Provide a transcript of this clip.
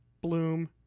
Bloom